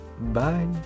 Bye